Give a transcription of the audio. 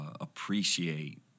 appreciate